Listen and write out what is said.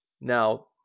Now